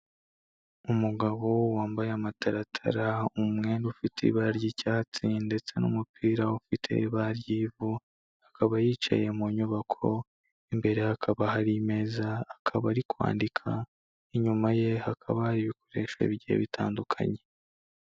Umugabo wambaye amataratara umwenda ufite ibara ry'icyatsi ndetse n'umupira ufite ibara ry'ivu, akaba yicaye mu nyubako, imbere hakaba hari meza akaba ari kwandika, inyuma ye hakaba ibikoresho bye bitandukanye.